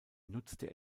nutzte